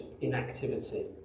inactivity